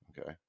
okay